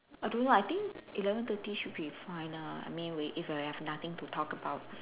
I don't know I think eleven thirty should be fine ah I mean we if I have nothing to talk about